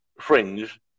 fringe